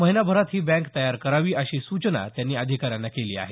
महिनाभरात ही बँक तयार करावी अशी सूचना त्यांनी अधिकाऱ्यांना केली आहे